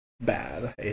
bad